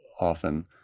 often